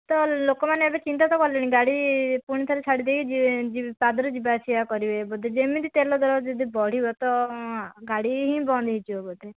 ତ ଲୋକମାନେ ଏବେ ଚିନ୍ତା ତ କଲେଣି ଗାଡ଼ି ପୁଣିଥରେ ଛାଡ଼ିଦେଇକି ପାଦରେ ଯିବା ଆସିବା କରିବେ ବୋଧେ ଯେମିତି ତେଲ ଦର ଯଦି ବଢ଼ିବ ତ ଗାଡ଼ି ହିଁ ବନ୍ଦ ହୋଇଯିବ ବୋଧେ